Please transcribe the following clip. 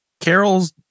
Carol's